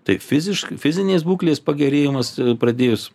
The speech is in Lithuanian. tai fiziškai fizinės būklės pagerėjimas pradėjus